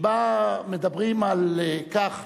שבה מדברים על כך